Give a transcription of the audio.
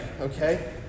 okay